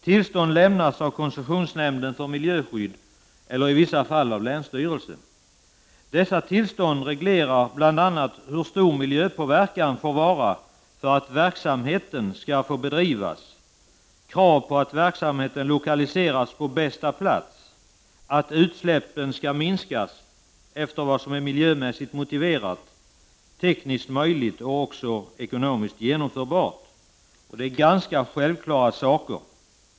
Tillstånd lämnas av koncessionsnämnden för miljöskydd eller i vissa fall av länsstyrelsen. Dessa tillstånd reglerar bl.a. hur stor miljöpåverkan får vara för att verksamheten skall få bedrivas, krav på att verksamheten lokaliseras på bästa plats, att utsläppen skall minskas efter vad som är miljömässigt motiverat, tekniskt möjligt och också ekonomiskt genomförbart. Det är ganska självklara saker.